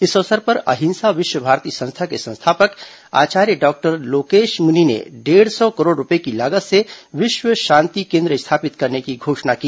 इस अवसर पर अहिंसा विश्व भारती संस्था के संस्थापक आचार्य डॉक्टर लोकेशमुनि ने डेढ़ सौ करोड़ रूपए की लागत से विश्व शांति केन्द्र स्थापित कराने की घोषणा की